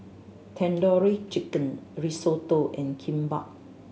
Tandoori Chicken Risotto and Kimbap